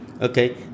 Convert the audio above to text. okay